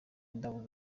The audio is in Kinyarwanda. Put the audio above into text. indabo